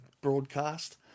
broadcast